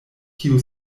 kiu